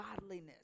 godliness